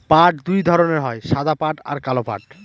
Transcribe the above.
পাট দুই ধরনের হয় সাদা পাট আর কালো পাট